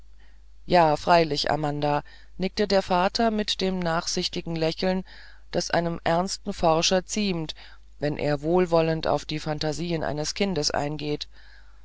ja freilich amanda nickte der vater mit dem nachsichtigen lächeln das einem ernsten forscher ziemt wenn er wohlwollend auf die phantasien eines kindes eingeht